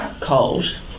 cold